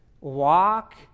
walk